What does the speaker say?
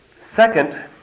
Second